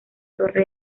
torre